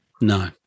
no